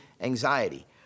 anxiety